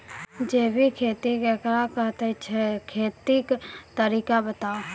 जैबिक खेती केकरा कहैत छै, खेतीक तरीका बताऊ?